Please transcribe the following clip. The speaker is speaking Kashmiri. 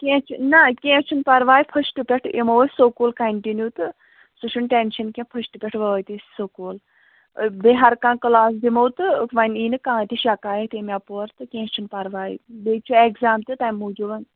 کیٚنٛہہ چھُنہٕ نہَ کیٚنٛہہ چھُنہٕ پَرواے فٕسٹہٕ پٮ۪ٹھٕ یِمو أسۍ سکوٗل کَنٹِنیوٗ تہٕ سُہ چھُنہٕ ٹٮ۪نشَن کیٚنٛہہ فٔسٹہٕ پٮ۪ٹھ وٲتۍ أسۍ سکوٗل بیٚیہِ ہر کانٛہہ کٕلاس دِمو تہٕ وۄنۍ یِیہِ نہٕ کانٛہہ تہِ شکایت ییٚمہِ اپور تہٕ کیٚنٛہہ چھُنہٕ پَرواے بیٚیہِ چھُ ایٚکزام تہِ تَمہِ موٗجوٗب